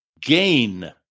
gain